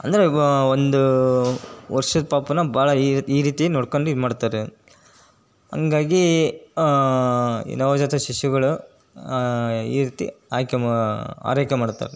ಅಂದರೆ ಒಂದೂ ವರ್ಷದ ಪಾಪುನ ಬಹಳ ಈ ಈ ರೀತಿ ನೋಡ್ಕೊಂಡು ಇದು ಮಾಡ್ತಾರೆ ಹಾಗಾಗಿ ನವಜಾತ ಶಿಶುಗಳು ಈ ರೀತಿ ಆಯ್ಕೆ ಆರೈಕೆ ಮಾಡುತ್ತಾರೆ